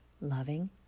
loving